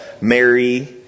Mary